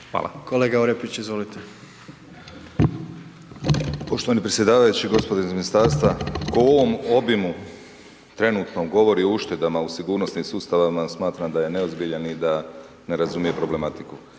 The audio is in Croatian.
Vlaho (Nezavisni)** Poštovani predsjedavajući, gospodo iz Ministarstva, tko u ovom obimu trenutno govori o uštedama u sigurnosnim sustavima, smatram da je neozbiljan i da ne razumije problematiku.